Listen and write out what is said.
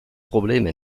probleme